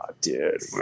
dude